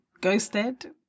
ghosted